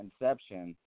Inception